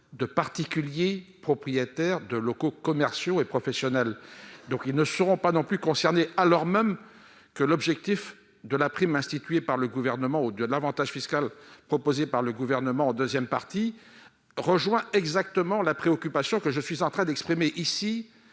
de particuliers propriétaires de locaux commerciaux et professionnels, donc ils ne seront pas non plus concernés, alors même que l'objectif de l'avantage fiscal institué par le Gouvernement en seconde partie rejoint exactement la préoccupation que je suis en train d'exprimer ici